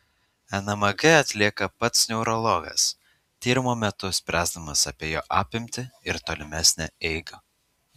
enmg atlieka pats neurologas tyrimo metu spręsdamas apie jo apimtį ir tolimesnę eigą